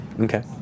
Okay